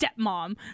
stepmom